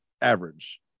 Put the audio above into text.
average